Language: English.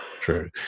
true